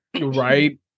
Right